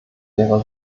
wäre